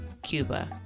Cuba